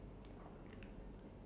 cause I need to buy cigarette